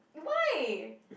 why